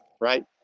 right